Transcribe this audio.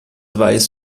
weiß